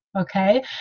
okay